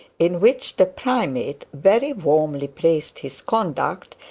in which the primate very warmly praised his conduct,